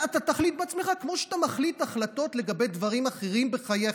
כמו שאתה מחליט החלטות לגבי דברים אחרים בחייך.